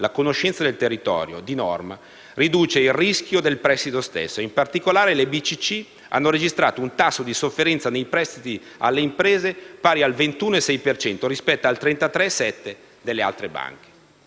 la conoscenza del territorio di norma riducono il rischio del prestito stesso e in particolare che le BCC hanno registrato un tasso di sofferenze nei prestiti alle imprese pari al 21,6 per cento, rispetto al 33,7 per cento delle altre banche.